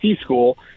school